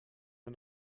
ein